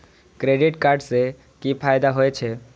Credit card से कि फायदा होय छे?